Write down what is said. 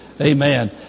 Amen